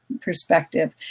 perspective